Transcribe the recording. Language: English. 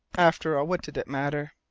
after all, what did it matter?